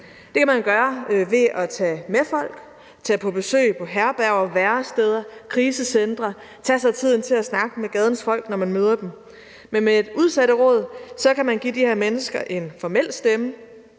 Det kan man gøre ved at tage med folk, ved at tage på besøg på herberger, væresteder, krisecentre, ved at tage sig tid til at snakke med gadens folk, når man møder dem. Men med et udsatteråd kan man give de her mennesker en formel stemme,